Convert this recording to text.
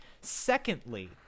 Secondly